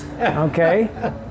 Okay